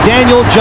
Daniel